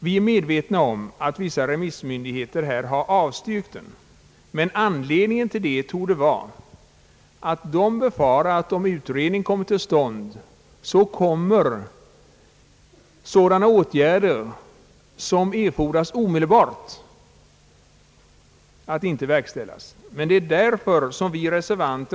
Vi är medvetna om att vissa remissmyndigheter har avstyrkt, men anledningen härtill torde vara att de befarar att sådana åtgärder som erfordras omedelbart inte skulle verkställas om en ny utredning kommer till stånd.